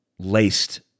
Laced